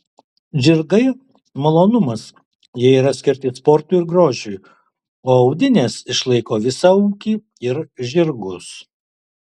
žirgai malonumas jie yra skirti sportui ir grožiui o audinės išlaiko visą ūkį ir žirgus